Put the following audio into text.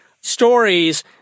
stories